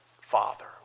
father